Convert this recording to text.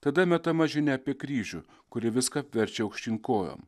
tada metama žinia apie kryžių kuri viską apverčia aukštyn kojom